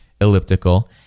elliptical